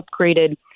upgraded